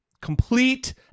Complete